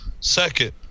Second